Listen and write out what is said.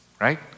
right